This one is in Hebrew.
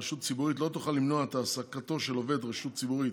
רשות ציבורית לא תוכל למנוע את העסקתו של עובד רשות ציבורית